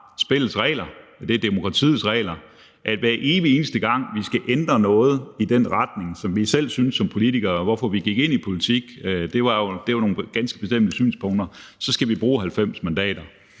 spillets regler, det er demokratiets regler, at hver evig eneste gang vi skal ændre noget i den retning, som vi som politikere synes vi skal – det var jo på grund af nogle ganske bestemte synspunkter, vi gik ind